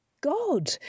God